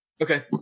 Okay